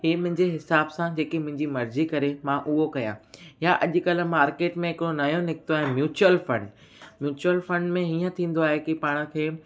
हे मुंहिंजे हिसाब सां जेकी मुंहिंजी मर्ज़ी करे मां उहो कयां या अॼुकल्ह मार्केट में हिकिड़ो नओं निकितो आहे म्यूचुअल फंड म्यूचुअल फंड में हीअं थींदो आहे की पाण खे